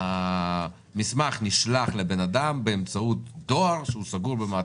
כשהמסמך נשלח לאדם באמצעות דואר שסגור במעטפה,